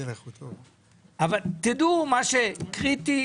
תדעו, מה שקריטי